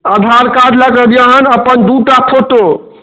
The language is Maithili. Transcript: आधार कार्ड लऽ कए अबिह अपन दूटा फोटो